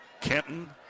Kenton